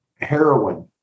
heroin